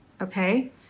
okay